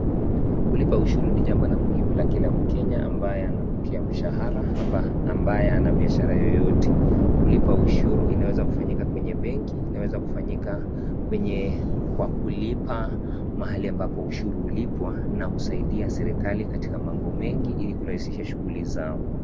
Kulipa ushuru ni jambo la muhimu la kila mkenya ambaye anapokea mshahara ama ambaye ana biashara yoyote. Kulipa ushuru inawezakufanyika kwenye benki inaweza kufanyika kwenye kwa kulipa mahalia ambapo ushuru hulipwa na husaidia serikali katika mambo mengi ili kurahisisha shughuli zao.